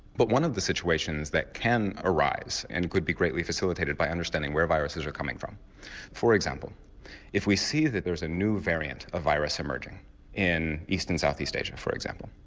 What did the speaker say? but one of the situations that can arise and could be greatly facilitated by understanding where viruses are coming from for example if we see that there's a new variant of virus emerging in east and south-east asia for example,